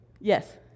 Yes